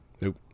Nope